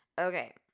Okay